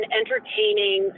entertaining